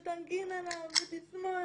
בדיוק.